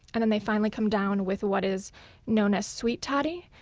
and and they finally come down with what is known as sweet toddy,